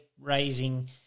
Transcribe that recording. raising